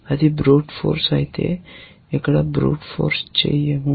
అది brute force అయితే ఇక్కడ బ్రూట్ ఫోర్స్ చేయము